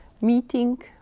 meeting